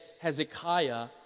Hezekiah